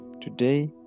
today